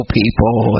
people